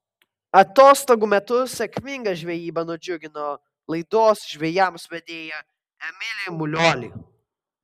atostogų metu sėkminga žvejyba nudžiugino laidos žvejams vedėją emilį muliuolį